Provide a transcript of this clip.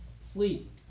sleep